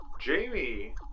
Jamie